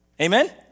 Amen